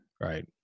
Right